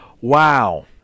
Wow